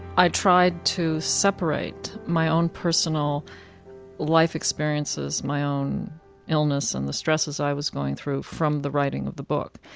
i tried to separate my own personal life experiences, my own illness and the stresses i was going through from the writing of the book.